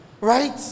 Right